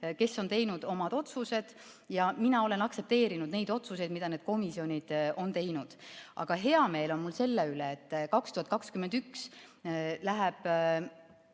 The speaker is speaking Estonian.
on teinud omad otsused, ja mina olen aktsepteerinud neid otsuseid, mis need komisjonid on teinud. Aga hea meel on mul selle üle, et 2021 läheb